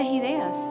ideas